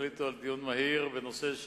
החליטו על דיון מהיר בנושא,